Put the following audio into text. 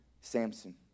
Samson